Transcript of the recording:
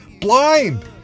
blind